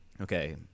okay